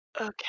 Okay